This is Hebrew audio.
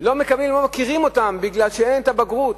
לא מכירים בהן כי אין להן בגרות,